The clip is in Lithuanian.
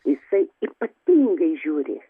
jisai ypatingai žiūri